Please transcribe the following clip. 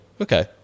okay